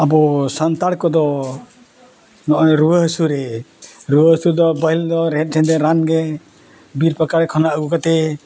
ᱟᱵᱚ ᱥᱟᱱᱛᱟᱲ ᱠᱚᱫᱚ ᱱᱚᱜᱼᱚᱭ ᱨᱩᱣᱟᱹ ᱦᱟᱹᱥᱩ ᱨᱮ ᱨᱩᱣᱟᱹ ᱦᱟᱹᱥᱩ ᱫᱚ ᱯᱟᱹᱦᱤᱞ ᱫᱚ ᱨᱮᱦᱮᱫ ᱪᱷᱮᱸᱫᱮ ᱨᱟᱱ ᱜᱮ ᱵᱤᱨ ᱯᱟᱠᱟᱲ ᱠᱷᱚᱱᱟᱜ ᱟᱹᱜᱩ ᱠᱟᱛᱮ